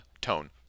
tone